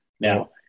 Now